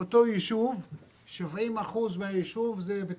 אם אתה נותן לבזק אחוז כזה גדול,